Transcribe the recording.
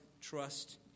trust